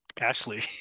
Ashley